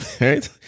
right